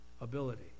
Ability